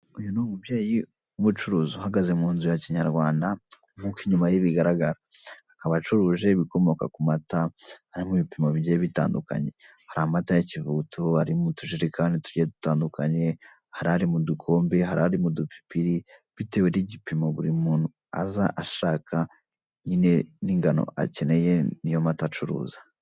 Uyu ni umubyeyi w'umucuruzi uhagaze mu nzu ya kinyarwanda nkuko inyuma ye bigaragara akaba acuruje ibikomoka ku mata harimo ibipimo bigiye bitandukanye hari amata yikivuguto ari mutujerekani tugiye dutandukanye harari mu dukombe harari mu dupipiri bitewe nigipimo buri muntu aza ashaka nyine n'ingano akeneye niyo mata acuruza